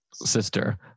Sister